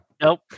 Nope